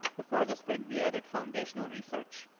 before the sprint, we added foundational research.